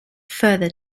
further